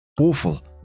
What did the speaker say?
Awful